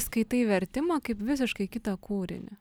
skaitai vertimą kaip visiškai kitą kūrinį